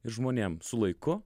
ir žmonėm su laiku